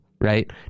right